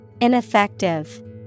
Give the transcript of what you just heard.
Ineffective